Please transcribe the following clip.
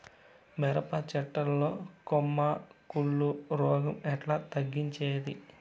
మిరప చెట్ల లో కొమ్మ కుళ్ళు రోగం ఎట్లా తగ్గించేది?